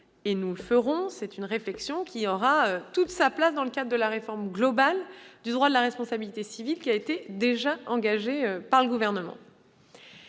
je l'ai indiqué, c'est une réflexion qui aura toute sa place dans le cadre de la réforme globale du droit de la responsabilité civile qui a été engagée par le Gouvernement.